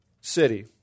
city